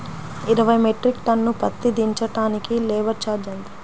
ఇరవై metric ton పత్తి దించటానికి లేబర్ ఛార్జీ ఎంత?